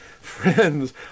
Friends